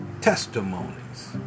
testimonies